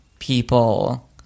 People